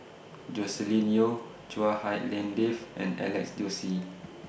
Joscelin Yeo Chua Hak Lien Dave and Alex Josey